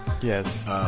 Yes